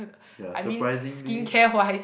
ya surprisingly